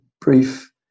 brief